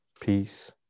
peace